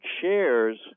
shares